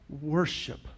Worship